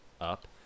up